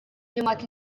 ġimgħat